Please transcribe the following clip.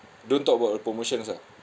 don't talk about the promotions ah